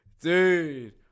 Dude